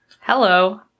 Hello